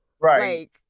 Right